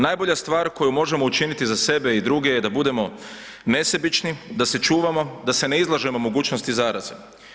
Najbolja stvar koju možemo učiniti za sebe i druge je da budemo nesebični, da se čuvamo, da se ne izlažemo mogućnosti zaraze.